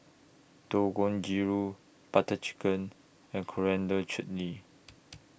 Dangojiru Butter Chicken and Coriander Chutney